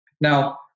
Now